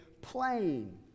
plain